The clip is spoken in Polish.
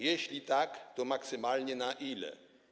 Jeśli tak, to maksymalnie na ile?